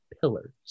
pillars